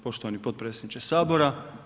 Poštovani potpredsjedniče Sabora.